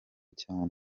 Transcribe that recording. cyane